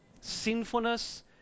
Sinfulness